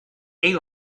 been